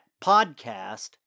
podcast